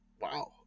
wow